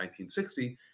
1960